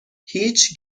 هیچ